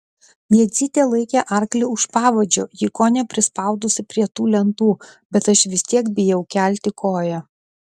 jadzytė laikė arklį už pavadžio jį kone prispaudusi prie tų lentų bet aš vis tiek bijau kelti koją